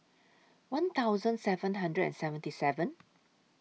one thousand seven hundred and seventy seven